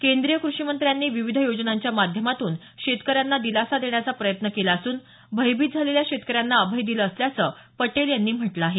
केंद्रीय कृषीमंत्र्यांनी विविध योजनांच्या माध्यमातून शेतकऱ्यांना दिलासा देण्याचा प्रयत्न केला असून भयभीत झालेल्या शेतकऱ्यांना अभय दिलं असल्याचं पटेल यांनी म्हटलं आहे